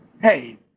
Hey